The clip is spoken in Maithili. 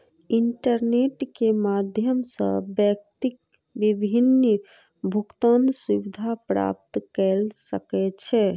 इंटरनेट के माध्यम सॅ व्यक्ति विभिन्न भुगतान सुविधा प्राप्त कय सकै छै